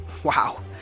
Wow